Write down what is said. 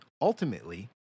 ultimately